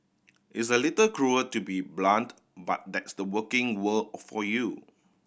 it's a little cruel to be blunt but that's the working world for you